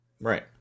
Right